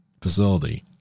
facility